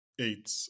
eight